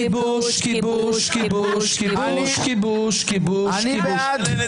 כיבוש, כיבוש, כיבוש, כיבוש, כיבוש, כיבוש, כיבוש.